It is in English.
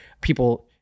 people